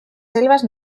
selvas